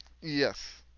yes